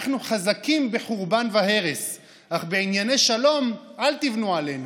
אנחנו חזקים בחורבן והרס אך בענייני שלום אל תבנו עלינו.